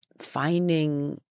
finding